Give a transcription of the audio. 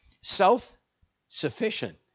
self-sufficient